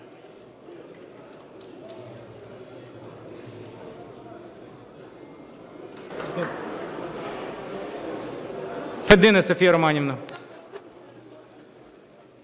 Федина Софія Романівна.